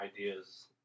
ideas